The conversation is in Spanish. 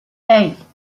hey